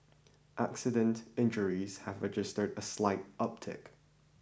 accident injuries have registered a slight uptick